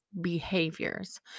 behaviors